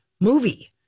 movie